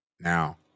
Now